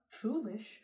foolish